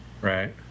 right